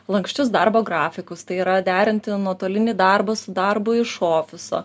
lanksčius darbo grafikus tai yra derinti nuotolinį darbą su darbu iš ofiso